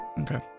okay